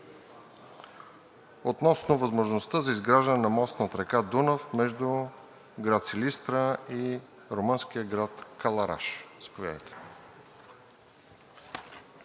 относно възможността за изграждане на мост над река Дунав между град Силистра и румънския град Кълъраш. ДЖЕВДЕТ